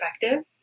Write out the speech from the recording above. effective